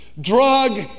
Drug